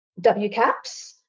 WCAPS